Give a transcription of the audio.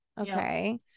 Okay